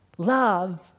Love